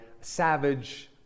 savage